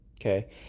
Okay